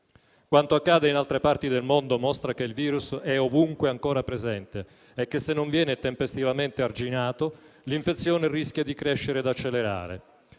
Quanto accade in altre parti del mondo mostra che il virus è ovunque ancora presente e che, se non viene tempestivamente arginato, l'infezione rischia di crescere e accelerare.